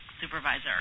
supervisor